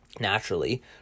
Naturally